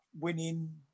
winning